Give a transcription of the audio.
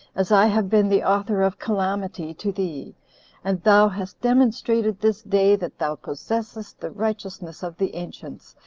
as i have been the author of calamity to thee and thou hast demonstrated this day, that thou possessest the righteousness of the ancients,